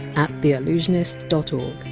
at theallusionist dot o